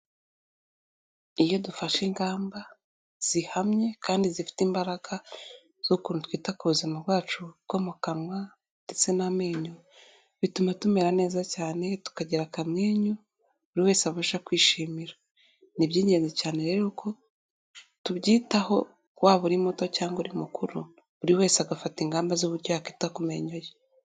Iyo dufashe ingamba zihamye kandi zifite imbaraga z'ukuntu twita ku buzima bwacu bwo mu kanwa ndetse n'amenyo, bituma tumera neza cyane tukagira akamwenyu buri wese abasha kwishimira. Ni iby'ingenzi cyane rero ko tubyitaho, waba uri muto cyangwa uri mukuru, buri wese agafata ingamba z'uburyo yakwita ku menyo ye.